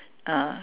uh